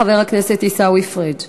חבר הכנסת עיסאווי פריג'.